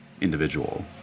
individual